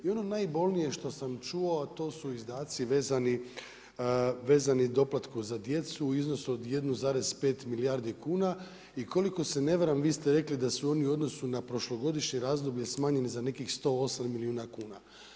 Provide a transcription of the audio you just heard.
I ono najbolnije što sam čuo, a to su izdaci vezani doplatu za djecu u iznosu od 1,5 milijardi kuna i koliko se ne varam vi ste rekli da su oni u odnosu na prošlogodišnje razdoblje smanjenih za nekih 108 milijuna kuna.